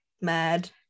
mad